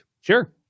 Sure